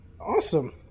Awesome